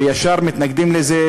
ויש מתנגדים לזה,